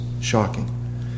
shocking